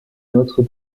notre